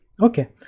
okay